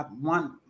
one